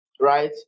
right